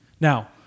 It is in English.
Now